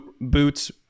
boots